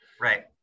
right